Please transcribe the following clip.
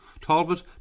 talbot